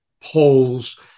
polls